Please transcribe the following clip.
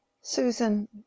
Susan